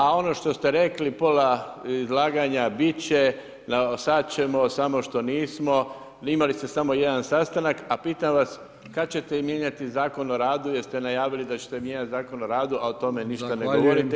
A ono što ste rekli, pola izlaganja, biti će, sad ćemo, samo što nismo, imali ste samo jedan sastanak, a pitam vas kad ćete mijenjati Zakon o radu jer ste najavili da ćete mijenjati Zakon o radu, a o tome ništa ne govorite.